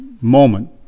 moment